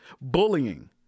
Bullying